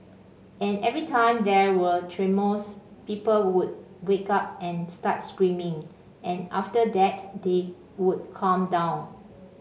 and every time there were tremors people would wake up and start screaming and after that they would calm down